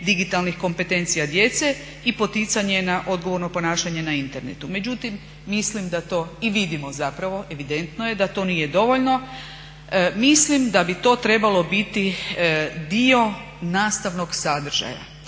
digitalnih kompetencija djece i poticanje na odgovorno ponašanje na internetu. Međutim mislim da to i vidimo zapravo, evidentno je da to nije dovoljno. Mislim da bi to trebalo biti dio nastavnog sadržaja.